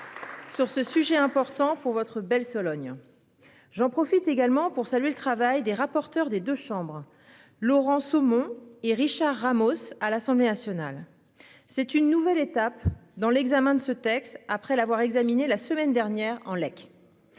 Sur ce sujet important pour votre belle Sologne. J'en profite également pour saluer le travail des rapporteurs des deux chambres Laurent Somon et Richard Ramos à l'Assemblée nationale. C'est une nouvelle étape dans l'examen de ce texte après l'avoir examiné la semaine dernière en Lake.